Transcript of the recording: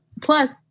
Plus